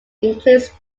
includes